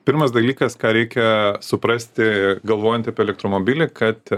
pirmas dalykas ką reikia suprasti galvojant apie elektromobilį kad